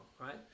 right